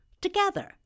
together